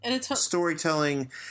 storytelling